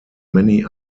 many